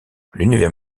l’univers